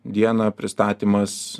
dieną pristatymas